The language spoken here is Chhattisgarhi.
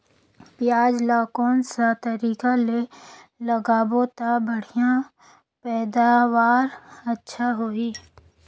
पियाज ला कोन सा तरीका ले लगाबो ता बढ़िया पैदावार अच्छा होही?